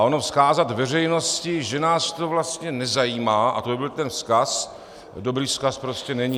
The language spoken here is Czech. Ono vzkázat veřejnosti, že nás to vlastně nezajímá, a to by byl ten vzkaz, dobrý vzkaz prostě není.